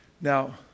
Now